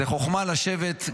זו חוכמה לשבת,